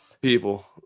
people